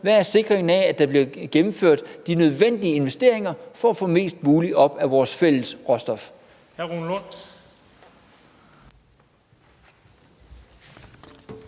hvad er sikkerheden for, at der bliver gennemført de nødvendige investeringer for at få mest muligt op af vores fælles råstof?